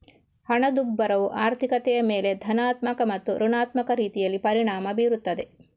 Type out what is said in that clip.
ಹಣದುಬ್ಬರವು ಆರ್ಥಿಕತೆಯ ಮೇಲೆ ಧನಾತ್ಮಕ ಮತ್ತು ಋಣಾತ್ಮಕ ರೀತಿಯಲ್ಲಿ ಪರಿಣಾಮ ಬೀರುತ್ತದೆ